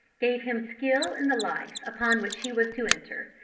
gave him skill in the life upon which he was to enter,